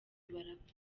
barapfa